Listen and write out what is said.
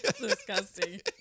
Disgusting